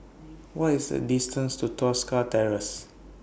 What IS The distance to Tosca Terrace